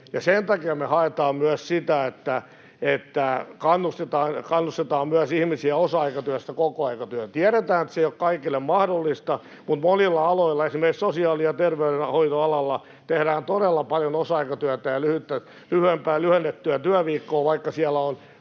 sen takia me haetaan myös sitä, että kannustetaan ihmisiä osa-aikatyöstä kokoaikatyöhön. Tiedetään, että se ei ole kaikille mahdollista, mutta monilla aloilla — esimerkiksi sosiaali- ja terveydenhoitoalalla — tehdään todella paljon osa-aikatyötä ja lyhennettyä työviikkoa, vaikka siellä on